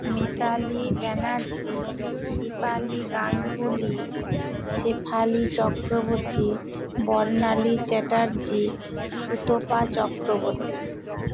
Mitali Banerjee Dipali Ganguly Shefali Chakraborty Barnali Chatterjee Sutapa Chakraborty